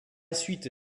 suite